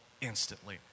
instantly